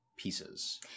pieces